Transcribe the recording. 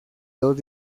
dos